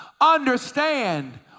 Understand